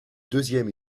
deuxième